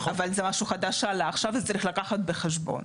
זה משהו חדש שעלה עכשיו וצריך לקחת בחשבון.